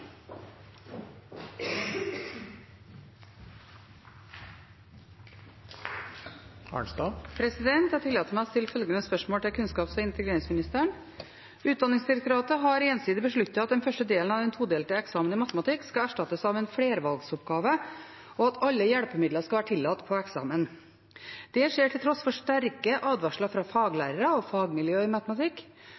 har ensidig besluttet at den første delen av den todelte eksamenen i matematikk skal erstattes av en flervalgsoppgave og at alle hjelpemidler skal tillates på hele eksamenen. Dette skjer til tross for sterke advarsler fra